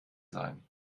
sein